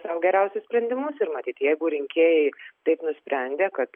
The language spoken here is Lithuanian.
sau geriausius sprendimus ir matyt jeigu rinkėjai taip nusprendė kad